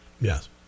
Yes